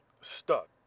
stuck